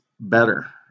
better